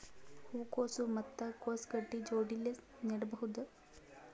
ಹೂ ಕೊಸು ಮತ್ ಕೊಸ ಗಡ್ಡಿ ಜೋಡಿಲ್ಲೆ ನೇಡಬಹ್ದ?